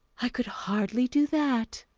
i could hardly do that.